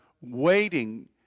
waiting